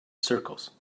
circles